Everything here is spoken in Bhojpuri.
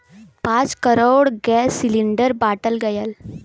पाँच करोड़ गैस सिलिण्डर बाँटल गएल